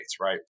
right